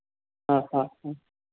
ആ ഹ ഹ